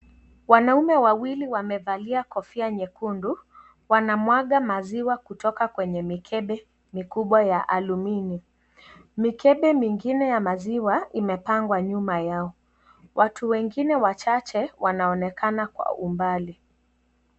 Wanaume wawili wamevalia kofia nyekundu, wanamwaga maziwa kutoka kwenye mikebe mikubwa ya aluminium, mikebe mingine ya maziwa imepangwa nyuma yao, watu wengine wachache wanaonekana kwa umbali.